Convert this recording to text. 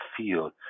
field